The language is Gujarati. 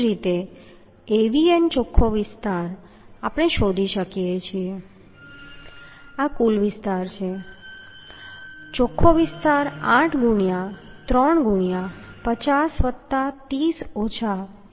એ જ રીતે Avn ચોખ્ખો વિસ્તાર આપણે શોધી શકીએ છીએ આ કુલ વિસ્તાર છે ચોખ્ખો વિસ્તાર 8 ગુણ્યાં 3 ગુણ્યાં 50 વત્તા 30 ઓછા 3